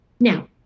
Now